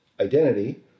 identity